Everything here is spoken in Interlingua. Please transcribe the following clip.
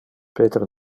peter